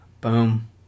Boom